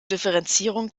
differenzierung